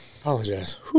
Apologize